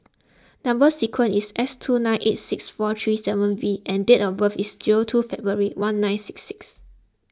Number Sequence is S two nine eight six four three seven V and date of birth is two February one nine six six